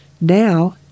Now